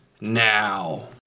Now